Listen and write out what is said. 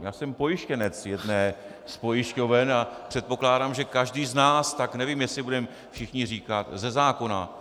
Já jsem pojištěnec jedné z pojišťoven a předpokládám, že každý z nás, tak nevím, jestli budeme všichni říkat ze zákona.